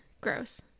gross